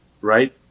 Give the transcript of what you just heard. right